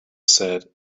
said